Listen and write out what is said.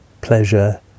pleasure